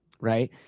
Right